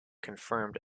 confirmed